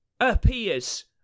appears